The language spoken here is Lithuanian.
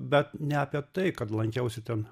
bet ne apie tai kad lankiausi ten